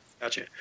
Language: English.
Gotcha